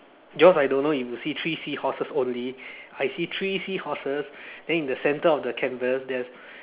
yours I don't know if you see three seahorses only I see three seahorses then in the center of the canvas there's